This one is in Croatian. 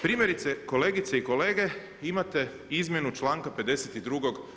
Primjerice kolegice i kolege, imate izmjenu članka 52.